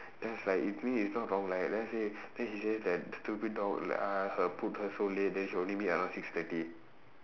then I was like if me is not wrong right then I say then she say that stupid dog like uh her put her so late then she'll only meet around six thirty